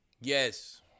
Yes